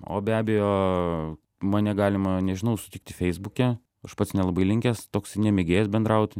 o be abejo mane galima nežinau sutikti feisbuke aš pats nelabai linkęs toks nemėgėjas bendrauti